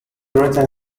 written